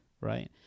right